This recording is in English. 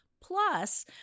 Plus